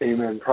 Amen